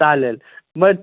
चालेल मग